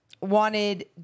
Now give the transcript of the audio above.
wanted